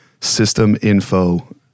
systeminfo